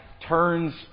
turns